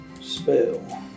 spell